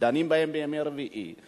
שדנים בהן בימי רביעי,